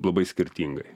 labai skirtingai